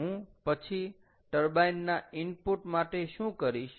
હું પછી ટર્બાઈન ના ઇનપુટ માટે શું કરીશ